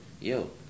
yo